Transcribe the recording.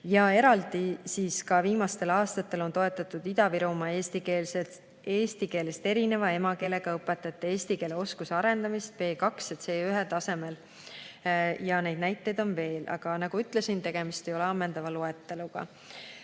Eraldi on viimastel aastatel toetatud Ida-Virumaa eesti keelest erineva emakeelega õpetajate eesti keele oskuse arendamist B2- ja C1-tasemel. Ja neid näiteid on veel, nagu ma ütlesin, tegemist ei ole ammendava loeteluga.